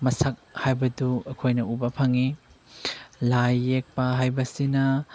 ꯃꯁꯛ ꯍꯥꯏꯕꯗꯨ ꯑꯩꯈꯣꯏꯅ ꯎꯕ ꯐꯪꯏ ꯂꯥꯏ ꯌꯦꯛꯄ ꯍꯥꯏꯕꯁꯤꯅ